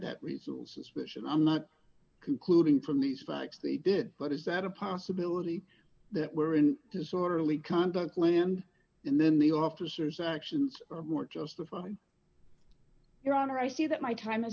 that reasonable suspicion i'm not concluding from these facts they did but is that a possibility that we're in disorderly conduct land and then the officers actions are more justified your honor i see that my time has